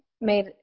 made